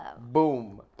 Boom